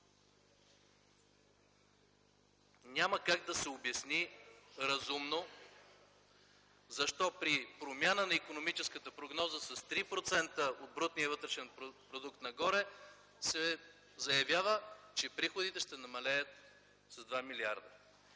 Няма как да се обясни разумно, защо при промяна на икономическата прогноза с 3% от брутния вътрешен продукт нагоре се заявява, че приходите ще намалеят с 2 милиарда.